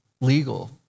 legal